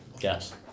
yes